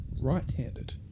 right-handed